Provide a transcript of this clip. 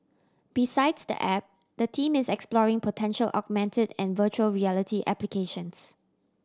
besides the app the team is exploring potential augmented and virtual reality applications